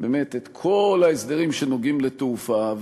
באמת את כל ההסדרים שנוגעים לתעופה,